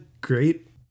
great